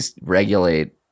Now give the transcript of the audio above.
regulate